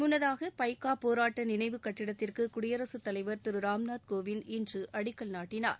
முன்னதாக பைக்கா போராட்ட நினைவு கட்டிடத்திற்கு குடியரசுத்தலைவர் திரு ராம்நாத் கோவிந்த் இன்று அடிக்கல் நாட்டினார்